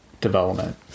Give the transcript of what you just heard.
development